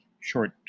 short